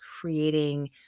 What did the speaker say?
creating